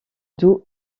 doux